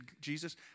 Jesus